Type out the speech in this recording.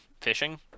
fishing